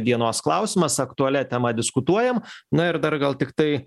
dienos klausimas aktualia tema diskutuojam na ir dar gal tiktai